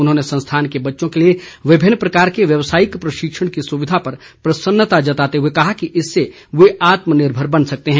उन्होंने संस्थान के बच्चों के लिए विभिन्न प्रकार के व्यवसायिक प्रशिक्षण की सुविधा पर प्रसन्नता जताते हुए कहा कि इससे वे आत्मनिर्भर बन सकते है